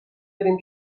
داریم